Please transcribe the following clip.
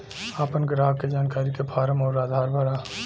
आपन ग्राहक के जानकारी के फारम अउर आधार भरा